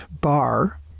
bar